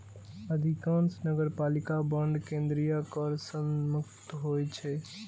अधिकांश नगरपालिका बांड केंद्रीय कर सं मुक्त होइ छै